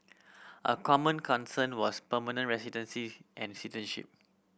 a common concern was permanent residency and citizenship